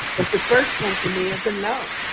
but the first one for me is a no.